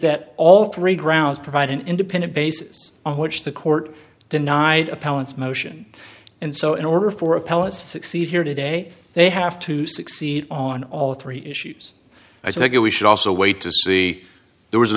that all three grounds provide an independent basis on which the court denied appellants motion and so in order for appellate succeed here today they have to succeed on all three issues i think that we should also wait to see there was an